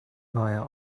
via